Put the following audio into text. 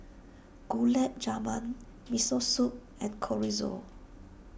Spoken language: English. Gulab Jamun Miso Soup and Chorizo